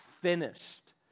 finished